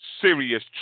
serious